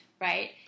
Right